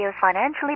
financially